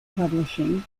publishing